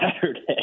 Saturday